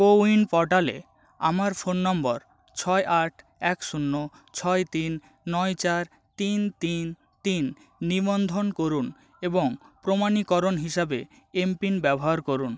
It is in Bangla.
কোউইন পর্টালে আমার ফোন নম্বর ছয় আট এক শূন্য ছয় তিন নয় চার তিন তিন তিন নিবন্ধন করুন এবং প্রমাণীকরণ হিসাবে এম পিন ব্যবহার করুন